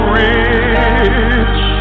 rich